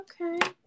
Okay